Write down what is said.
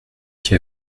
qui